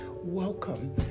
Welcome